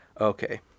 Okay